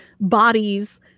bodies